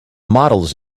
models